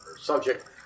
subject